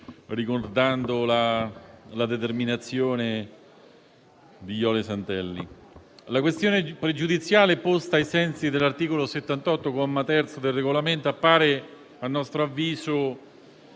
ricordando la determinazione di Jole Santelli. La questione pregiudiziale, posta ai sensi dell'articolo 78, comma 3, del Regolamento, appare a nostro avviso